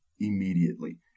immediately